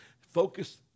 Focus